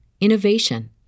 innovation